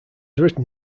written